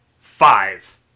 five